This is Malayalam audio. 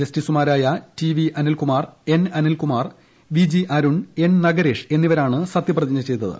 ജസ്റ്റിസുമാരായ T V Anil Kumar N Anilkumar V G Arun N Nagaresh എന്നിവരാണ് സത്യപ്രതിജ്ഞ ചെയ്തത്